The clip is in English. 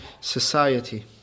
society